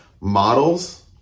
models